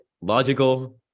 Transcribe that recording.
logical